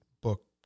book